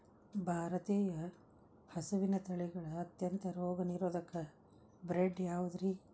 ಭಾರತೇಯ ಹಸುವಿನ ತಳಿಗಳ ಅತ್ಯಂತ ರೋಗನಿರೋಧಕ ಬ್ರೇಡ್ ಯಾವುದ್ರಿ?